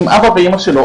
עם אבא ואמא שלו,